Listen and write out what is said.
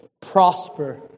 prosper